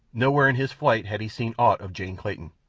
nowhere in his flight had he seen aught of jane clayton.